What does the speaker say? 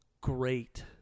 Great